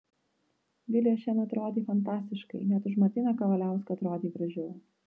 vilija šiandien atrodei fantastiškai net už martyną kavaliauską atrodei gražiau